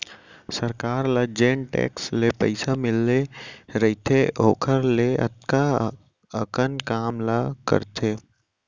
सरकार ल जेन टेक्स ले पइसा मिले रइथे ओकर ले अतका अकन काम ला करथे